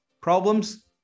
Problems